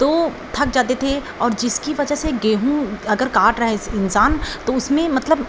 तो थक जाते थे और जिसकी वजह से गेहूँ अगर काट रहा है इन्सान तो उसमें मतलब